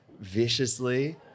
viciously